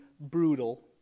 brutal